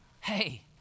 hey